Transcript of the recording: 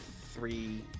Three